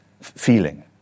feeling